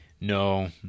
No